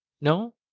No